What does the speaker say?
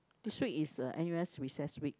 this week is uh n_u_s recess week